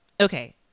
Okay